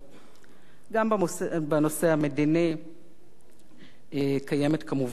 גם בנושא המדיני קיימת כמובן מחלוקת רבת